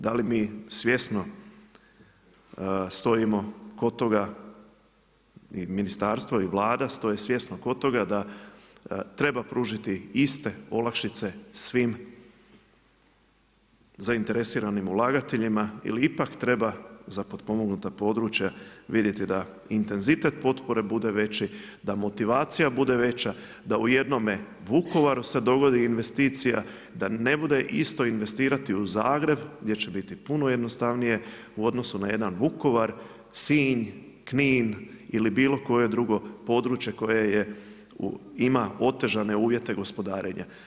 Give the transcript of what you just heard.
Da li mi svjesno stojimo kod toga i ministarstvo i Vlada stoje svjesno kod toga da treba pružiti iste olakšice svim zainteresiranim ulagateljima ili ipak treba za potpomognuta područja vidjeti da intenzitet potpore bude veći, da motivacija bude veća, da u jednome Vukovaru se dogodi investicija, da ne bude isto investirati u Zagreb gdje će biti puno jednostavnije u odnosu na jedan Vukovar, Sinj, Knin ili bilo koje drugo područje koje ima otežane uvjete gospodarenja.